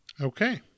Okay